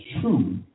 true